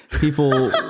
People